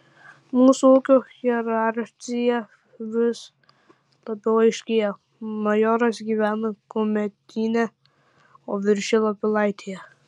mūsų ūkio hierarchija vis labiau aiškėja majoras gyvena kumetyne o viršila pilaitėje